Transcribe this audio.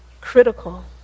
critical